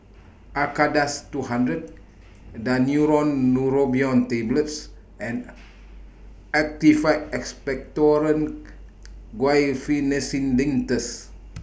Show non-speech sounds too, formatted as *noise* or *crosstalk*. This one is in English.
Acardust two hundred Daneuron Neurobion Tablets and *noise* Actified Expectorant Guaiphenesin Linctus